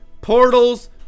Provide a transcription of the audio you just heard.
Portals